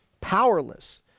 powerless